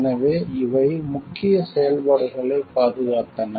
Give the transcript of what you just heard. எனவே இவை முக்கிய செயல்பாடுகளை பாதுகாத்தன